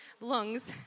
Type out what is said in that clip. lungs